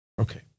Okay